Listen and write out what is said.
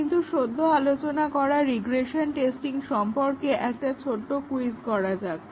কিন্তু সদ্য আলোচনা করা রিগ্রেশন টেস্টিং সম্পর্কে একটা ছোট্ট কুইজ করা যাক